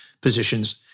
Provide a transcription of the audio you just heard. positions